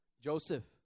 Joseph